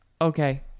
okay